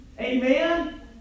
Amen